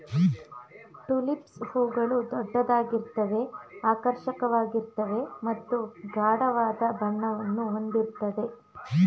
tulips ಹೂಗಳು ದೊಡ್ಡದಾಗಿರುತ್ವೆ ಆಕರ್ಷಕವಾಗಿರ್ತವೆ ಮತ್ತು ಗಾಢವಾದ ಬಣ್ಣವನ್ನು ಹೊಂದಿರುತ್ವೆ